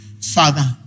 Father